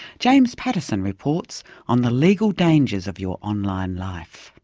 james pattison reports on the legal dangers of your online life.